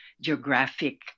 geographic